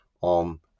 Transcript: on